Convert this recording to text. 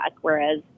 whereas